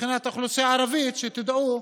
מבחינת האוכלוסייה הערבית, שתדעו,